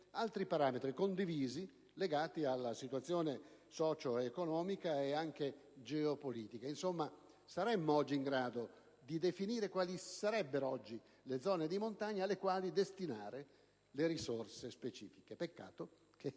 altri parametri condivisi legati alla situazione socioeconomica e geopolitica. Oggi saremmo in grado di definire quali sono le zone di montagna alle quali destinare le risorse specifiche. Peccato che